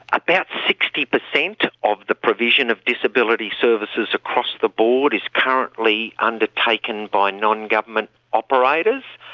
about sixty percent of the provision of disability services across the board is currently undertaken by non-government operators,